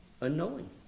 unknowing